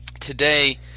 Today